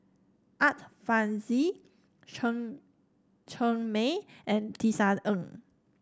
Art Fazil Chen Cheng Mei and Tisa Ng